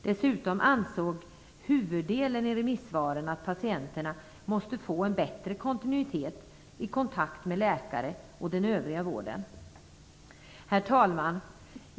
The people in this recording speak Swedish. Dessutom ansåg de flesta i remissvaren att patienterna måste få en bättre kontinuitet i kontakt med läkare och den övriga vården. Herr talman!